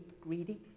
greedy